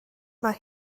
mae